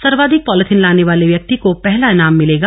सर्वाधिक पॉलीथिन लाने वाले व्यक्ति को पहला इनाम मिलेगा